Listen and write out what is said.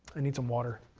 i need some water.